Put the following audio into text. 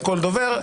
לכל דובר,